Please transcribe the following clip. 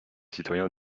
citoyen